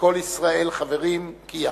כל ישראל חברים", כי"ח.